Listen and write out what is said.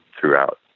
throughout